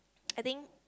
I think